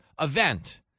event